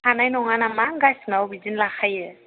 हानाय नङा नामा गासैनावबो बिदिनो लाखायो